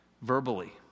verbally